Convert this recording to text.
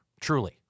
truly